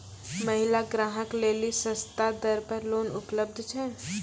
महिला ग्राहक लेली सस्ता दर पर लोन उपलब्ध छै?